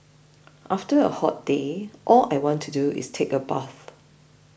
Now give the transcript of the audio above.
after a hot day all I want to do is take a bath